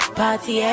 party